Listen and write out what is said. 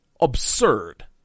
Absurd